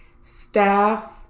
staff